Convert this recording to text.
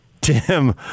Tim